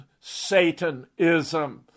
Satanism